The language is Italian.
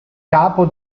capo